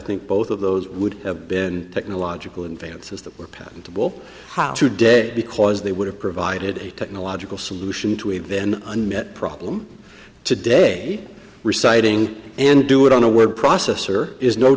think both of those would have been technological advances that were patentable today because they would have provided a technological solution to a then unmet problem today reciting and do it on a word processor is no